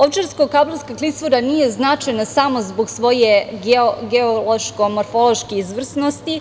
Ovčarsko-kablarska klisura nije značajna samo zbog svoje geološko-morfološke izvrsnosti,